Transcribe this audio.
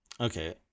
Okay